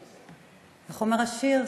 איך אומר השיר?